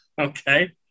Okay